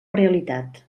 realitat